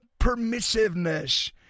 permissiveness